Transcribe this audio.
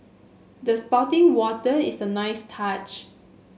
the spouting water is a nice touch